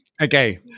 Okay